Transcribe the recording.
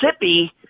Mississippi